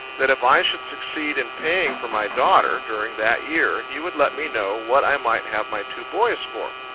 that if i should succeed in paying for my daughter during that year, he would let me know what i might have my two boys for.